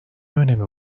önemi